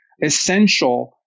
essential